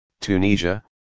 Tunisia